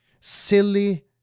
silly